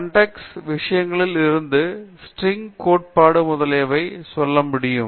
condense விஷயங்களில் இருந்து string கோட்பாடு முதலியவை சொல்ல முடியும்